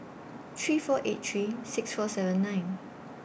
three four eight three six four seven nine